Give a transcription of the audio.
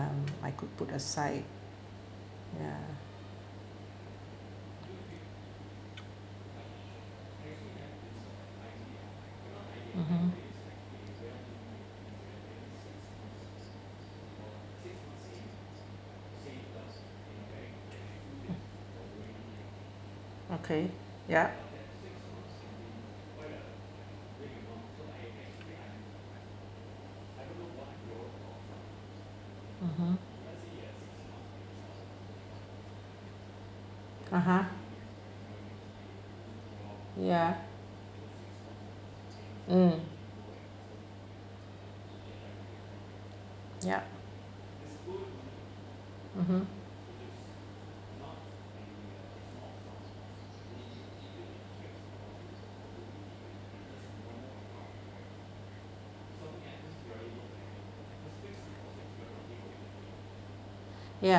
um I could put aside ya mmhmm okay ya mmhmm (uh huh) ya mm yup mmhmm ya